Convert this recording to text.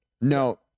No